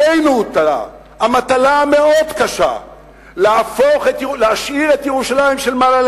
עלינו הוטלה המטלה המאוד קשה להשאיר את ירושלים של מעלה,